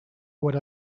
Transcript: what